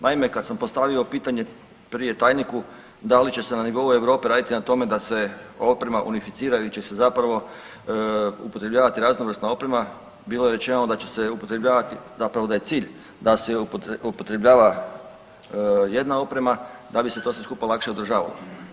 Naime, kad sam postavio pitanje prije tajniku da li će se na nivou Europe raditi na tome da se ovo prema ... će se zapravo upotrebljavati raznovrsna oprema, bilo je rečeno da će se upotrebljavati, zapravo da je cilj da se upotrebljava jedna oprema da bi se to sve skupa lakše održavalo.